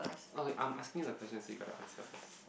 oh I'm asking you the question so you gotta answer first